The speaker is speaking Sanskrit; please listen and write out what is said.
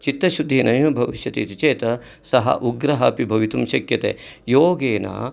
चित्तशुद्धिः नैव भविष्यति इति चेत् सः उग्रः अपि भवितुं शक्यते योगेन